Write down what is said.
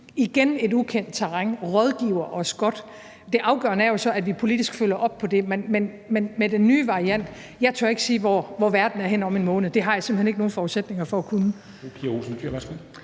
igen i et ukendt terræn rådgiver os godt. Det afgørende er jo så, at vi politisk følger op på det. Men med den nye variant tør jeg ikke sige, hvor verden er henne om en måned – det har jeg simpelt hen ikke nogen forudsætninger for at kunne.